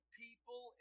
people